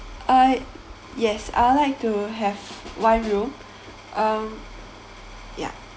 uh yes I'd like to have one room um ya